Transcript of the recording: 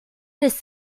this